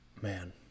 Man